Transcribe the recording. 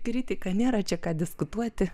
kritiką nėra čia ką diskutuoti